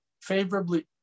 favorably